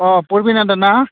अ फरबिन होन्दों ना